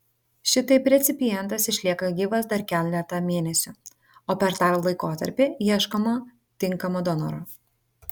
šitaip recipientas išlieka gyvas dar keletą mėnesių o per tą laikotarpį ieškoma tinkamo donoro